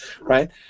right